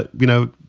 but you know,